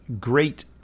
great